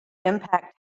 impact